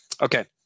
okay